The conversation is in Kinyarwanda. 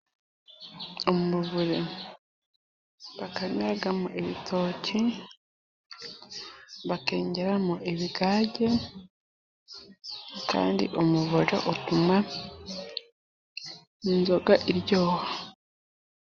Umuvure bakamiramo ibitoki, bakengeramo ibigage, kandi umuvure utuma inzoga iryoha.